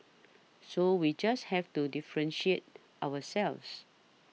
so we just have to differentiate ourselves